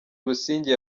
busingye